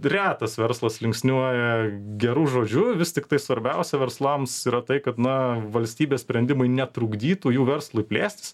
retas verslas linksniuoja geru žodžiu vis tiktai svarbiausia verslams yra tai kad na valstybės sprendimai netrukdytų jų verslui plėstis